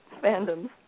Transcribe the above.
fandoms